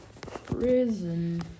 prison